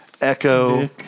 Echo